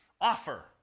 offer